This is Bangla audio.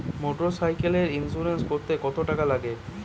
মোটরসাইকেলের ইন্সুরেন্স করতে কত টাকা লাগে?